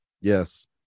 yes